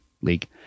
league